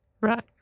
Right